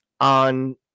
on